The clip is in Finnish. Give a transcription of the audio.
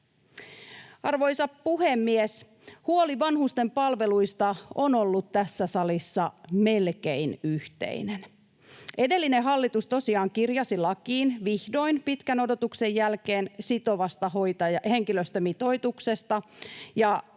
Arvoisa puhemies! Huoli vanhusten palveluista on ollut tässä salissa melkein yhteinen. Edellinen hallitus tosiaan kirjasi lakiin vihdoin pitkän odotuksen jälkeen sitovasta henkilöstömitoituksesta,